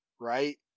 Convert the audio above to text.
right